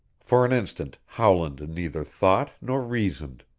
for an instant howland neither thought nor reasoned.